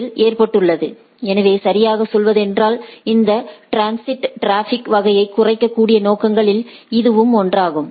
ஸில் ஏற்றப்பட்டுள்ளது எனவே சரியாகச் சொல்வது என்றால் இந்த ட்ரான்சிட் டிராபிக் வகையை குறைக்கக்கூடிய நோக்கங்களில் இதுவும் ஒன்றாகும்